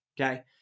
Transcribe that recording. Okay